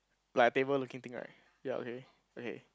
like a table looking thing right ya okay okay